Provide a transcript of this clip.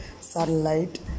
sunlight